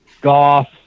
Golf